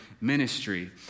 ministry